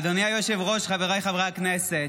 אדוני היושב-ראש, חברי הכנסת,